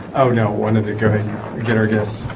oh no what did it get you get our guests